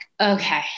okay